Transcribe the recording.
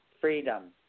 freedom